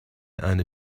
eine